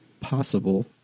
Possible